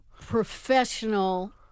professional